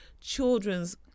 children's